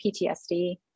PTSD